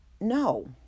No